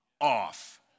off